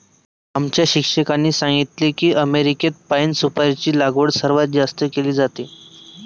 आमच्या शिक्षकांनी सांगितले की अमेरिकेत पाइन सुपारीची लागवड सर्वात जास्त केली जाते